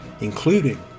including